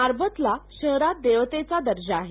मारबतला शहरात देवतेचा दर्जा आहे